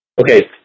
Okay